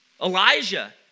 Elijah